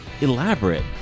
elaborate